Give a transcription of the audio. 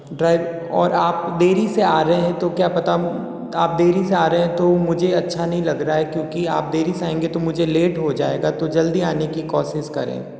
drive और आप देरी से आ रहे हैं तो क्या पता आप देरी से आ रहे हैं तो मुझे अच्छा नहीं लग रहा है क्योंकि आप देरी से आयेंगे तो मुझे लेट हो जाएगा तो जल्दी आने की कोशिश करें